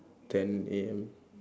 ten A_M